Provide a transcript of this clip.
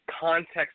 context